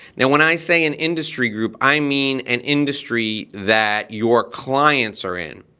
now when i say an industry group, i mean an industry that your clients are in.